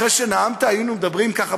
אחרי שנאמת היינו מדברים ככה,